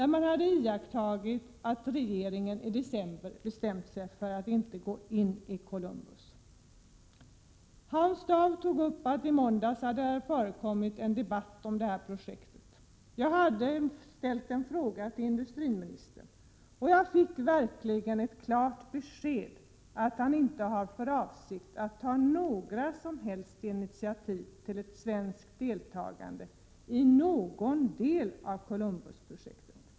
Regeringen hade i december bestämt sig för att inte gå in i Columbusprojektet. Hans Dau sade att detta projekt hade debatterats i måndags. Jag hade ställt en fråga till industriministern, och jag fick verkligen ett klart besked att han inte har för avsikt att ta några som helst initiativ till ett svenskt deltagande i någon del av Columbusprojektet.